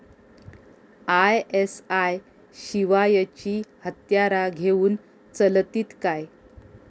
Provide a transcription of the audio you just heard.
ISI शिवायची हत्यारा घेऊन चलतीत काय?